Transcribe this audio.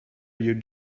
you